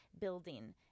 building